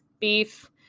beef